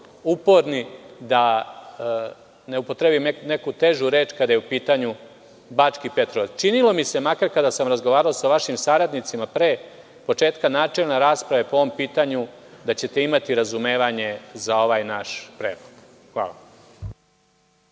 da ne upotrebim neku težu reč, kada je u pitanju Bački Petrovac. Činilo mi se, makar kada sam razgovarao sa vašim saradnicima pre početka načelne rasprave po ovom pitanju, da ćete imati razumevanje za ovaj naš predlog. Hvala.